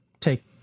take